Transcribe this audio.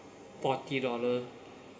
forty dollar